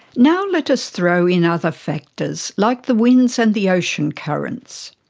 now let us throw in other factors, like the winds and the ocean currents.